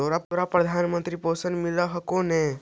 तोहरा प्रधानमंत्री पेन्शन मिल हको ने?